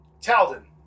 Talden